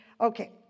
Okay